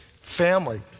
family